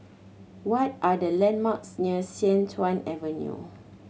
what are the landmarks near Sian Tuan Avenue